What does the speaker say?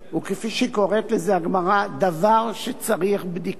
כפי שקוראת לזה הגמרא: "דבר שצריך בדיקה",